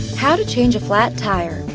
how to change a flat tire.